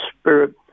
spirit